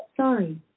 Sorry